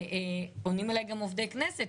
פונים אלי גם עובדי כנסת,